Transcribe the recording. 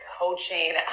coaching